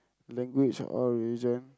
language or religion